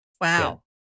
Wow